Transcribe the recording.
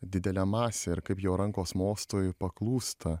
didelę masę ir kaip jo rankos mostui paklūsta